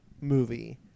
movie